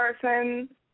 person